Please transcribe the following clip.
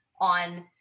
on